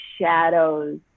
shadows